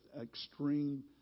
extreme